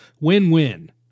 Win-win